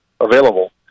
available